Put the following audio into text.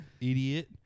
Idiot